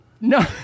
No